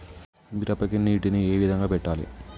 మిరపకి నీటిని ఏ విధంగా పెట్టాలి?